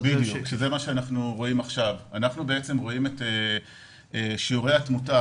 בשקף שלפניכם אפשר לראות את שיעורי התמותה